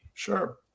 Sure